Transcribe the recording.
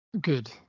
good